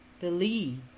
Believe